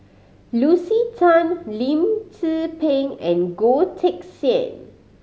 Lucy Tan Lim Tze Peng and Goh Teck Sian